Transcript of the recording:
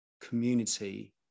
community